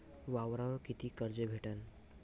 वावरावर कितीक कर्ज भेटन?